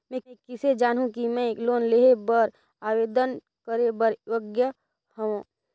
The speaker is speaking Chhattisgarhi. मैं किसे जानहूं कि मैं लोन लेहे बर आवेदन करे बर योग्य हंव?